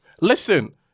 Listen